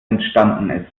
entstanden